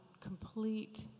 complete